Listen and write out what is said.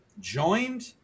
joined